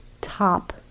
top